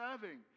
serving